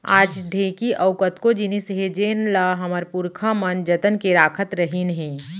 आज ढेंकी अउ कतको जिनिस हे जेन ल हमर पुरखा मन जतन के राखत रहिन हे